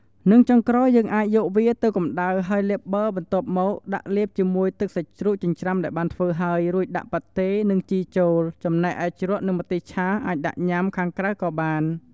និងចុងក្រោយ យើងអាចយកវាទៅកំដៅហើយលាបប័របន្ទាប់មកដាក់លាបជាមួយទឹកសាច់ជ្រូកចិញ្រ្ចាំដែលបានធ្វើហើយ រួចដាក់ប៉ាតេនិងជីចូលចំណែកឯជ្រក់និងម្ទេសឆាអាចដាក់ញុាំខាងក្រៅក៏បាន។